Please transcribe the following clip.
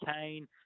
Kane